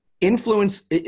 influence